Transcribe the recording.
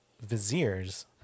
viziers